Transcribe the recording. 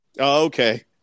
Okay